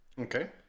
Okay